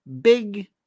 big